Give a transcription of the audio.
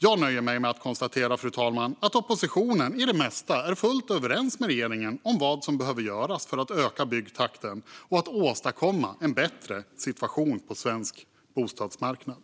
Jag nöjer mig med att konstatera, fru talman, att oppositionen i det mesta är fullt överens med regeringen om vad som behöver göras för att öka byggtakten och åstadkomma en bättre situation på svensk bostadsmarknad.